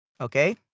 Okay